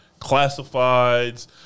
classifieds